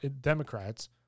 Democrats